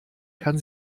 kann